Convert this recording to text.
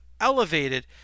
elevated